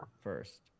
first